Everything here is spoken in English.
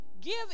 Give